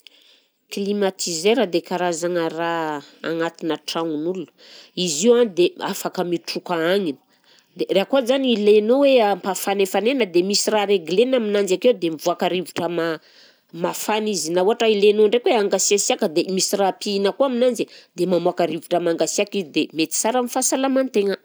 Climatiseur dia karazagna raha agnatinà tragnon'olona, izy io a dia afaka mitroka agnina dia raha koa zany ilainao hoe ampafanaifanaina misy raha reglena aminanjy akeo dia mivoaka rivotra ma- mafana izy, na ohatra ilainao ndraika hoe hangasiasiaka de misy raha pihina koa aminanjy, dia mamoaka rivotra mangasiaka izy dia mety sara amin'ny fahasalaman-tegna.